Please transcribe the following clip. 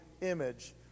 image